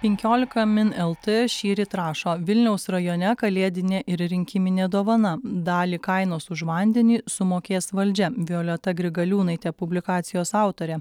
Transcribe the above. penkiolika min lt šįryt rašo vilniaus rajone kalėdinė ir rinkiminė dovana dalį kainos už vandenį sumokės valdžia violeta grigaliūnaitė publikacijos autorė